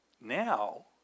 Now